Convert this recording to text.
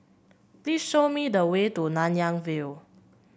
please show me the way to Nanyang View